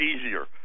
easier